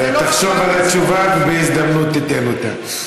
אז תחשוב על התשובה ובהזדמנות תיתן אותה.